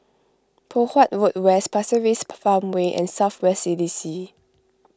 Poh Huat Road West Pasir Ris Farmway and South West C D C